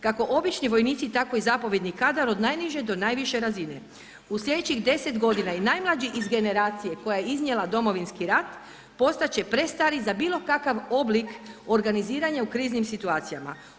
Kako obični vojnici tako i zapovjedni kadar od najniže do najviše razine u sljedećih deset godina i najmlađi iz generacije koja je iznijela Domovinski rat postat će prestari za bilo kakav oblik organiziranja u kriznim situacijama.